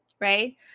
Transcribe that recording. right